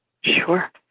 Sure